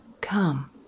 Come